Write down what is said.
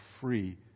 free